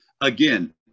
Again